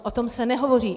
O tom se nehovoří!